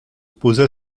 posa